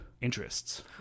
interests